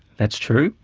that's true.